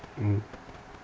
mm